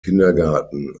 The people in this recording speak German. kindergarten